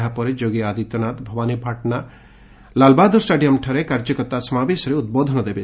ଏହାପରେ ଯୋଗୀ ଆଦିତ୍ୟନାଥ ଭବାନୀପାଟଣା ଲାଲ୍ବାହାଦ୍ଦର ଷ୍ଟାଡିୟମ୍ଠାରେ କାର୍ଯ୍ୟକର୍ତା ସମାବେଶରେ ଉଦ୍ବୋଧନ ଦେବେ